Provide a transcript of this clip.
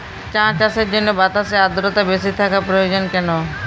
চা চাষের জন্য বাতাসে আর্দ্রতা বেশি থাকা প্রয়োজন কেন?